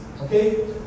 okay